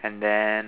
and then